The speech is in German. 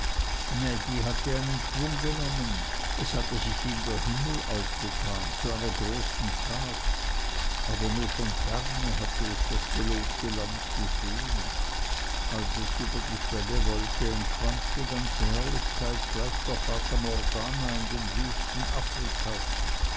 mädi hatte einen schwung genommen es hatte sich ihm der himmel aufgetan zu einer großen tat aber nur von ferne hatte es das gelobte land gesehen als es über die schwelle wollte entschwand die ganze herrlichkeit gleich der fata morgana in den wüsten afrikas